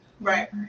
right